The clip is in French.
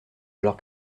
alors